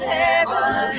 heaven